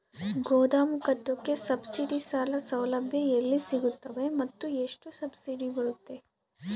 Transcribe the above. ಗೋದಾಮು ಕಟ್ಟೋಕೆ ಸಬ್ಸಿಡಿ ಸಾಲ ಸೌಲಭ್ಯ ಎಲ್ಲಿ ಸಿಗುತ್ತವೆ ಮತ್ತು ಎಷ್ಟು ಸಬ್ಸಿಡಿ ಬರುತ್ತೆ?